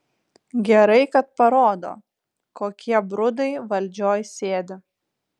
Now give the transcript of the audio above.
gerai kad parodo kokie brudai valdžioj sėdi